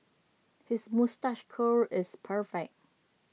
his moustache curl is perfect